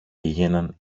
πήγαιναν